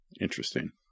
Interesting